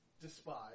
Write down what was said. despise